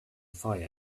fire